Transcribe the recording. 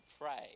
pray